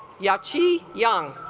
yucky young